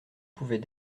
pouvait